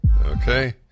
Okay